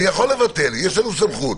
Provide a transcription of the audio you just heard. אני יכול לבטל, יש לנו סמכות.